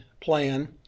plan